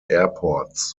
airports